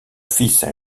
fils